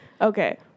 okay